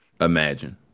imagine